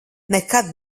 nekad